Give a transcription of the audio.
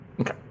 Okay